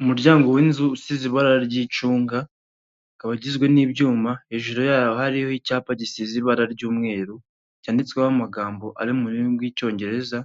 Umuryango w'inzu usize ibara ry'icunga ukaba ugizwe n'ibyuma, hejuru yawo hariho icyapa gisize ibara ry'umweru cyanditsweho amagambo ari mu rurimi rw'icyongereza